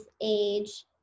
age